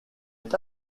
est